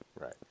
right